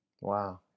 Wow